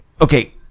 okay